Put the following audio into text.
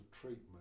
treatment